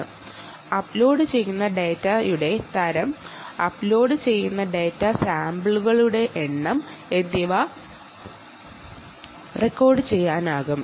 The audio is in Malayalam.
ഏതു തരത്തിലെ ഡാറ്റയാണ് അപ്ലോഡുചെയ്യുന്നത് അപ്ലോഡുചെയ്യുന്ന ഡാറ്റ സാമ്പിളുകളുടെ എണ്ണം എന്നിവ റെക്കോർഡുചെയ്യാനാകും